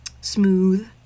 smooth